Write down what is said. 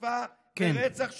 חטיפה ורצח,